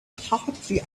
hardly